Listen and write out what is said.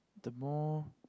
the more